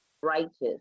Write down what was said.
righteous